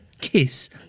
Kiss